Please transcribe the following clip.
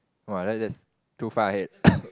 !wah! I like that's too far ahead